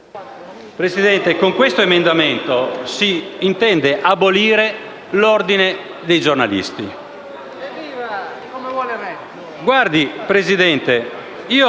Presidente, con questo emendamento si intende abolire l'Ordine dei giornalisti, e non siamo i